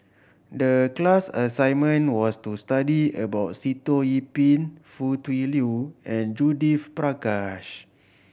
the class assignment was to study about Sitoh Yih Pin Foo Tui Liew and Judith Prakash